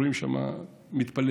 רואים שמה מתפללים,